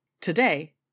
Today